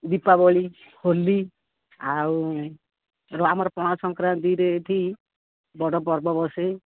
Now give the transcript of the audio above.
ଦୀପାବଳି ହୋଲି ଆଉ ଆମର ପଣା ସଂକ୍ରାନ୍ତିରେ ଏଇଠି ବଡ଼ ପର୍ବ ବସେ